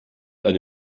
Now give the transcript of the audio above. eine